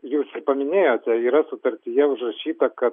jūs ir paminėjote yra sutartyje užrašyta kad